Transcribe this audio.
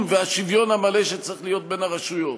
והשוויון המלא שצריך להיות בין הרשויות.